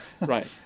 right